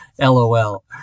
LOL